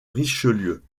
richelieu